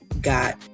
got